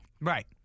Right